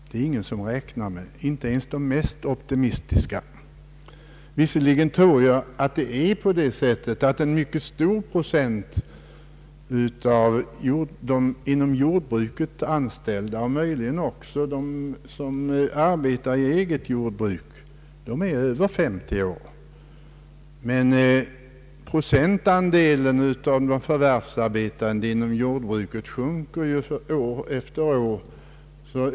Det är ingen som räknar därmed, inte ens de mest optimistiska. Visserligen tror jag att en mycket stor procent av jordbrukets anställda och möjligen också av dem som arbetar i eget jordbruk är över 50 år, men procentandelen av de förvärvsarbetande inom jordbruket sjunker år efter år.